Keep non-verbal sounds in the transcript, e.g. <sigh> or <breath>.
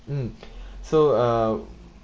mm <breath> so uh